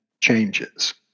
changes